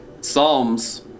psalms